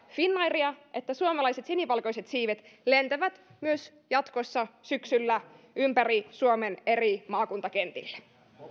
finnairia niin että suomalaiset sinivalkoiset siivet lentävät myös jatkossa syksyllä ympäri suomen eri maakuntakentille